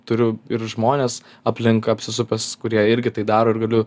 turiu ir žmones aplink apsisupęs kurie irgi tai daro ir galiu